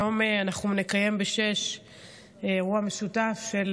היום ב-18:00 אנחנו נקיים אירוע משותף של